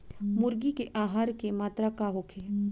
मुर्गी के आहार के मात्रा का होखे?